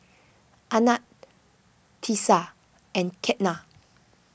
Anand Teesta and Ketna